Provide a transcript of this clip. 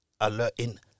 alerting